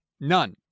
none